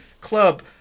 club